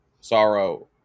sorrow